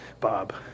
Bob